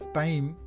time